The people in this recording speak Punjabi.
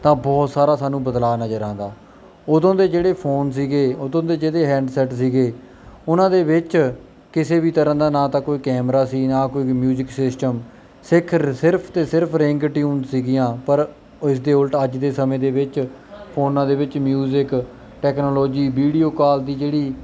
ਤਾਂ ਬਹੁਤ ਸਾਰਾ ਸਾਨੂੰ ਬਦਲਾਅ ਨਜ਼ਰ ਆਉਂਦਾ ਉਦੋਂ ਦੇ ਜਿਹੜੇ ਫੋਨ ਸੀਗੇ ਉਦੋਂ ਦੇ ਜਿਹੜੇ ਹੈਂਡਸੈੱਟ ਸੀਗੇ ਉਹਨਾਂ ਦੇ ਵਿੱਚ ਕਿਸੇ ਵੀ ਤਰ੍ਹਾਂ ਦਾ ਨਾ ਤਾਂ ਕੋਈ ਕੈਮਰਾ ਸੀ ਨਾ ਕੋਈ ਮਿਊਜਿਕ ਸਿਸਟਮ ਸਿੱਖ ਸਿਰਫ ਅਤੇ ਸਿਰਫ ਰਿੰਗਟਿਊਨ ਸੀਗੀਆਂ ਪਰ ਉਸ ਦੇ ਉਲਟ ਅੱਜ ਦੇ ਸਮੇਂ ਦੇ ਵਿੱਚ ਫੋਨਾਂ ਦੇ ਵਿੱਚ ਮਿਊਜ਼ਕ ਟੈਕਨੋਲੋਜੀ ਵੀਡੀਓ ਕਾਲ ਦੀ ਜਿਹੜੀ